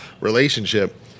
relationship